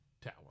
tower